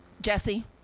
Jesse